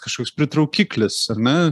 kažkoks pritraukiklis ar ne